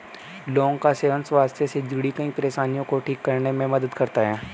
लौंग का सेवन स्वास्थ्य से जुड़ीं कई परेशानियों को ठीक करने में मदद करता है